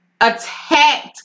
attacked